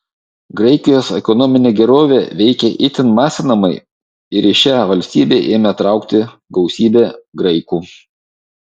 graikijos ekonominė gerovė veikė itin masinamai ir į šią valstybę ėmė traukti gausybė graikų